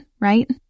right